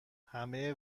همه